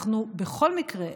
בכל מקרה,